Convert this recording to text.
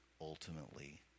ultimately